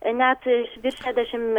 net virš šešiasdešimt